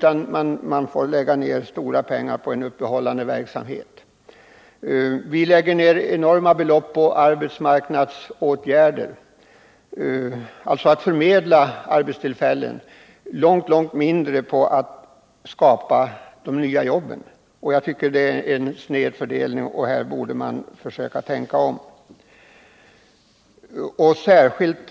Vi lägger ned mycket stora belopp på arbetsmarknadsåtgärder — för att förmedla arbetstillfällen — och långt mindre på att skapa de nya jobben. Jag tycker att det är en sned fördelning. Här borde man försöka tänka om, särskilt